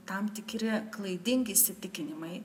tam tikri klaidingi įsitikinimai